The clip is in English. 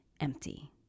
empty